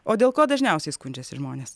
o dėl ko dažniausiai skundžiasi žmonės